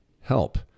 help